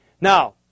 Now